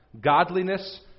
Godliness